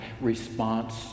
response